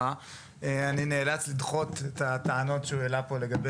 אני נאלץ לדחות את הטענות שהוא העלה פה לגבי